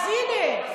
הינה,